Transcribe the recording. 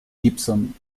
gibson